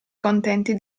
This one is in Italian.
contenti